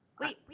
Wait